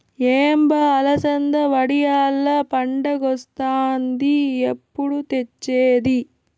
ఏం బా అలసంద వడియాల్ల పండగొస్తాంది ఎప్పుడు తెచ్చేది